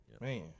Man